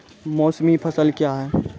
मौसमी फसल क्या हैं?